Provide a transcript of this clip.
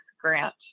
grant